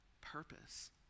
purpose